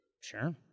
Sure